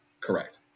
correct